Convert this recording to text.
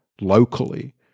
locally